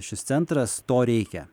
šis centras to reikia